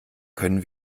können